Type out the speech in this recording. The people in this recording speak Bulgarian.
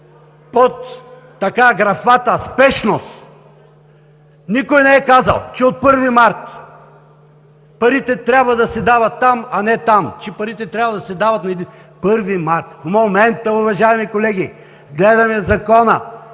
под графата „спешност“. Никой не е казал, че от 1 март парите трябва да се дават там, а не там, че парите трябва да се дават на 1 март. В момента, уважаеми колеги, гледаме Закона